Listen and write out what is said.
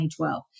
2012